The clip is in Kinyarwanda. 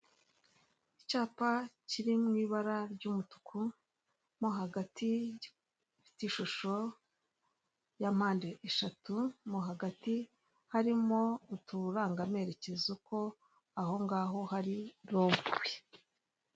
Icyapa kiri mu ibara ry' umutuku mo hagati gifite ishusho ya mpande eshatu, mo hagati harimo uturanga amerekezo ko aho ngaho hari rompuwe.